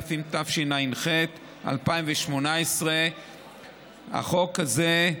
התשע"ח 2018. החוק הזה,